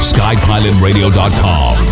SkyPilotRadio.com